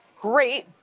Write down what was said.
great